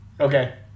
okay